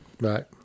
Right